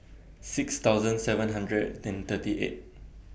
six thousand seven hundred and thirty eight